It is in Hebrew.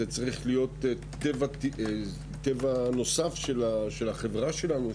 זה צריך להיות טבע נוסף של החברה שלנו,